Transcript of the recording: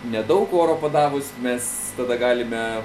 nedaug oro padavus mes tada galime